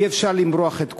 אי-אפשר למרוח את כולם.